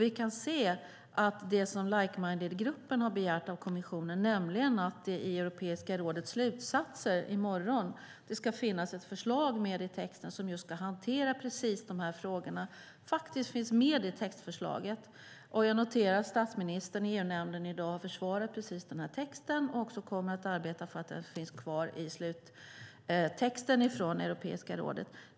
Vi kan se att det som like-minded-gruppen har begärt av kommissionen, nämligen att det i Europeiska rådets slutsatser i morgon ska finnas ett förslag med i texten som just ska hantera precis de här frågorna, faktiskt finns med i textförslaget. Jag noterar att statsministern i EU-nämnden i dag försvarar precis den här texten och också kommer att arbeta för att det här finns kvar i sluttexten från Europeiska rådet.